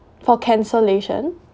for cancellation